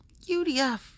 UDF